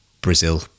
Brazil